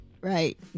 Right